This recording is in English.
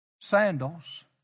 sandals